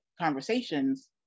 conversations